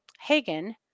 Hagen